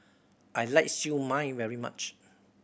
I like Siew Mai very much